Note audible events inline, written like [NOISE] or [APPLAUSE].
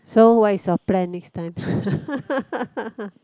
so what is your plan next time [LAUGHS]